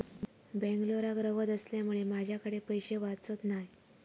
बेंगलोराक रव्हत असल्यामुळें माझ्याकडे पैशे वाचत नाय